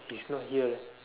she's not here leh